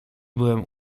byłem